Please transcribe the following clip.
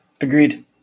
agreed